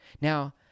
Now